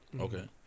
Okay